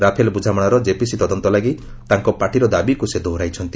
Rafale ବୁଝାମଣାର JPC ତଦନ୍ତ ଲାଗି ତାଙ୍କର ପାର୍ଟିର ଦାବିକୁ ସେ ଦୋହରାଇଛନ୍ତି